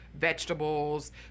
vegetables